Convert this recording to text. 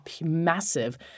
massive